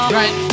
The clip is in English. right